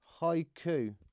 haiku